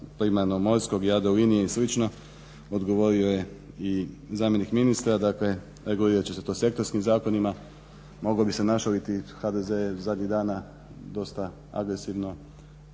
primarno morskog Jadrolinije i slično, odgovorio je i zamjenik ministra. Dakle, regulirat će se to sektorskim zakonima. Mogao bi se našaliti, HDZ je zadnjih dana dosta agresivno